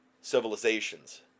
civilizations